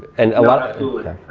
and a lot. ah